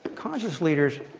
conscious leaders,